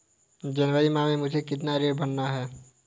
जनवरी माह में मुझे कितना ऋण भरना है?